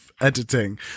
editing